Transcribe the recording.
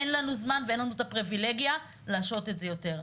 אין לנו זמן ואין לנו את הפריווילגיה להשהות את זה יותר.